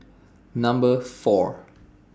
Number four